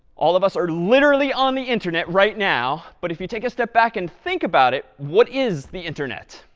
all of us are literally on the internet right now, but if you take a step back and think about it, what is the internet?